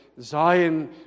Zion